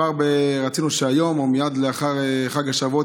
הורשו לחזור לפעילות,